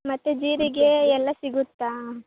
ಮತ್ತೆ ಜೀರಿಗೆ ಎಲ್ಲ ಸಿಗುತ್ತಾ